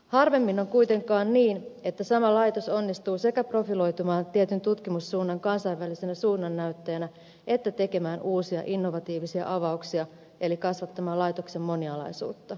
harvemmin on kuitenkaan niin että sama laitos onnistuu sekä profiloitumaan tietyn tutkimussuunnan kansainvälisenä suunnannäyttäjänä että tekemään uusia innovatiivisia avauksia eli kasvattamaan laitoksen monialaisuutta